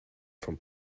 from